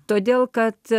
todėl kad